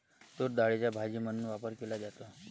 तूरडाळीचा भाजी म्हणून वापर केला जातो